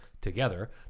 Together